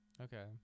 Okay